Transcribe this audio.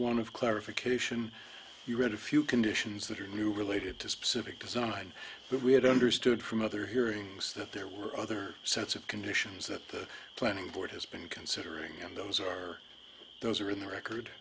one of clarification you had a few conditions that are new related to specific design we had understood from other hearings that there were other sets of conditions that the planning board has been considering and those are those are in the record